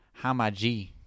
Hamaji